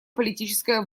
политическая